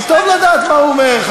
אבל טוב לדעת מה הוא אומר,